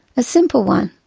a simple one,